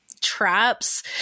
traps